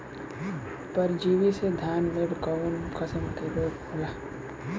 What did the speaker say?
परजीवी से धान में कऊन कसम के रोग होला?